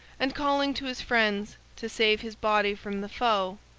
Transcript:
and, calling to his friends to save his body from the foe,